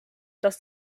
dass